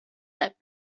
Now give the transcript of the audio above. that